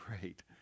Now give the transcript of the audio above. great